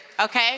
Okay